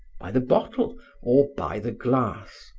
by the bottle or by the glass.